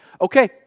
Okay